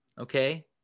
okay